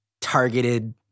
targeted